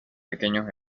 pequeños